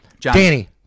Danny